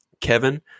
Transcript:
kevin